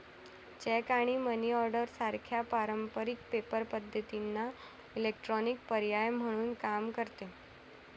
check आणि money order सारख्या पारंपारिक पेपर पद्धतींना इलेक्ट्रॉनिक पर्याय म्हणून काम करते